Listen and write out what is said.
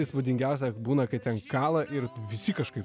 įspūdingiausia būna kai ten kala ir visi kažkaip